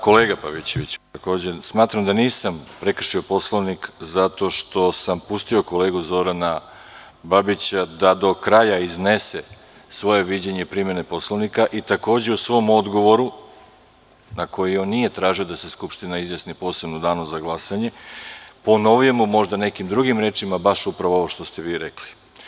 Kolega Pavićeviću, smatram da nisam prekršio Poslovnik zato što sam pustio kolegu Zorana Babića da do kraja iznese svoje viđenje primene Poslovnika i takođe u svom odgovoru, na koji on nije tražio da se Skupština izjasni posebno u danu za glasanje, ponovio možda nekim drugim rečima baš upravo ovo što ste vi rekli.